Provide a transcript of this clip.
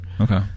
Okay